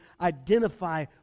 identify